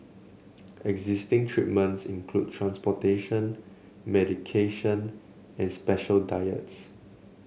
existing treatments include transportation medication and special diets